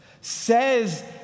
says